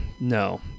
No